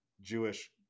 Jewish